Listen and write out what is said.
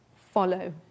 follow